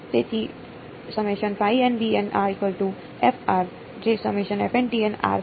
તેથી જે છે